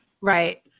Right